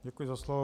Děkuji za slovo.